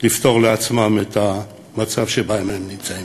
לפתור לעצמם את המצב שבו הם נמצאים.